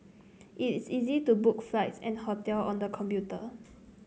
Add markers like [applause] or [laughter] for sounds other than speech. it is easy to book flights and hotel on the computer [noise]